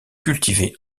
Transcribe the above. cultivé